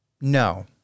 No